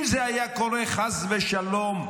אם זה היה קורה חס ושלום אצלנו,